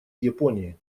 японии